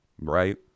right